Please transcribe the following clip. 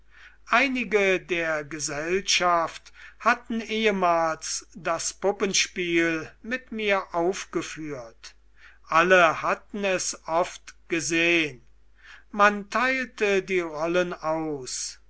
einige der gesellschaft hatten ehemals das puppenspiel mit mir aufgeführt alle hatten es oft gesehen man teilte die rollen aus